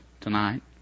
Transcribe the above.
tonight